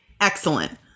Excellent